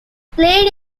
played